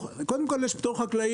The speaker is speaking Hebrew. קודם כל יש פטור חקלאי,